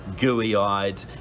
gooey-eyed